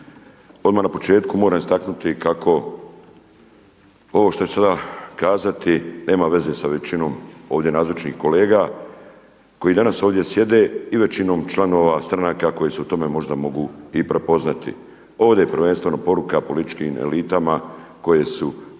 Odmah na početku moram istaknuti kako ovo što ću sada kazati nema veze sa većinom ovdje nazočnih kolega koji danas ovdje sjede i većinom članova stranaka koji se u tome možda mogu i prepoznati. Ovdje je prvenstveno poruka političkim elitama koje su